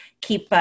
keep